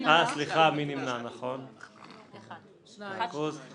אין הרביזיה